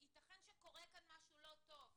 יתכן שקורה כאן משהו לא טוב.